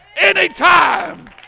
anytime